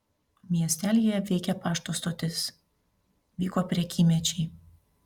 miestelyje veikė pašto stotis vyko prekymečiai